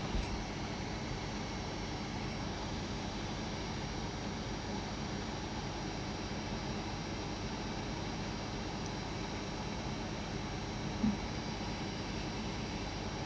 mm